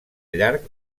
llarg